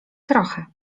trochę